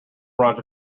front